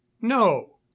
No